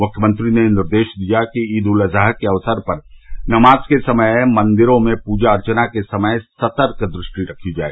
मुख्यमंत्री ने निर्देश दिया कि ईद उल अजहा के अवसर पर नमाज के समय मंदिरों में पूजा अर्वना के समय सतर्क दृष्टि रखी जाए